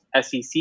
SEC